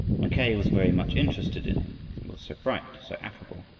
mackay was very much interested in him, he was so bright, so affable,